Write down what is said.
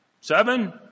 Seven